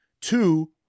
Two